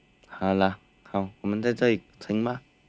好了好我们在这里成吗